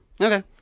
Okay